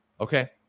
Okay